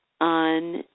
on